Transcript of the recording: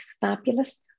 fabulous